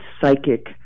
psychic